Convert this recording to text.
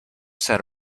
said